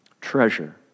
Treasure